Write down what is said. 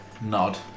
nod